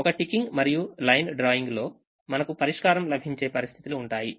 ఒక టికింగ్ మరియు line drawing లో మనకు పరిష్కారం లభించే పరిస్థితులు ఉంటాయి